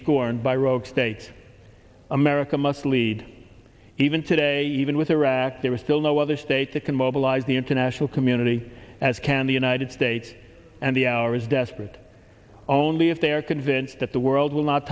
scorned by rogue states america must lead even today even with iraq there is still no other state that can mobilize the international community as can the united states and the hour is desperate only if they are convinced that the world will not